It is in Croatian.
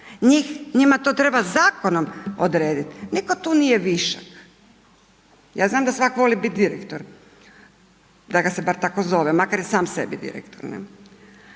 njima to treba zakonom odrediti. Nitko tu nije višak, ja znam da svatko voli biti direktor, da ga se bar tako zove, makar je sam sebi direktor